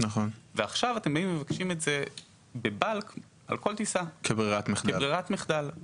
ועכשיו אתם מבקשים את זה ב-bulk על כל טיסה כברירת מחדל.